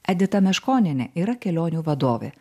edita meškonienė yra kelionių vadovė